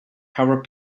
covered